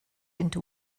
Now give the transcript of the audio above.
into